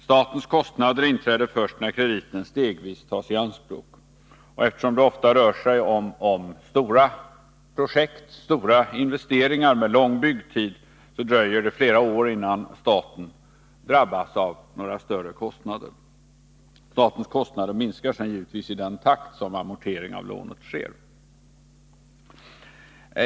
Statens kostnader inträder först när krediten stegvis tas i anspråk. Eftersom det ofta rör sig om stora projekt, stora investeringar med lång byggtid, dröjer det flera år innan staten drabbas av några större kostnader. Statens kostnader minskar sedan givetvis i den takt som amortering av lånet sker.